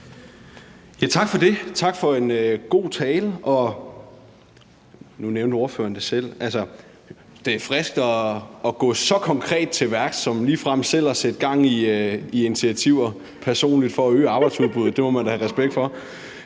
nu nævnte ordføreren det selv: Det er frisk at gå så konkret til værks som ligefrem personligt at sætte gang i initiativer for at øge arbejdsudbuddet; det må man da have respekt for.